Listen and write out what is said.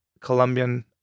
Colombian